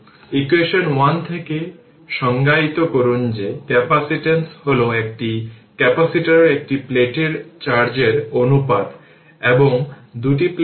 এই simple series circuit এবং একটি ভোল্টেজের সোর্স ক্যাপাসিটর c সিরিজের সাথে সংযুক্ত c 1 মাইক্রোফ্যারাড দেওয়া হয়েছে